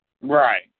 Right